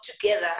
together